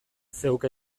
zeuk